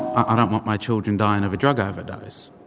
i don't want my children dying of a drug overdose.